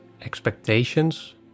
expectations